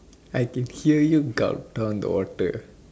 I can hear you gulp down the water eh